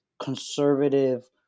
conservative